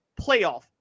playoff